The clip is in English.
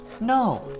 No